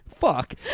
Fuck